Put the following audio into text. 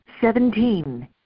seventeen